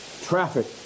traffic